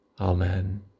Amen